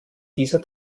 dieser